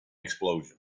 explosion